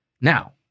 Now